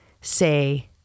say